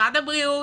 במשרד הבריאות,